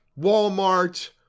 Walmart